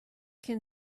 can